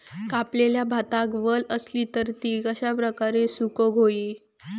कापलेल्या भातात वल आसली तर ती कश्या प्रकारे सुकौक होई?